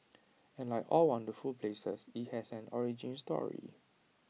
and like all wonderful places IT has an origin story